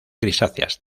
grisáceas